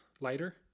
lighter